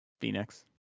Phoenix